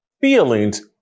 feelings